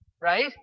Right